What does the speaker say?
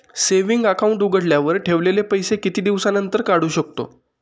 Saving account उघडल्यावर ठेवलेले पैसे किती दिवसानंतर काढू शकतो?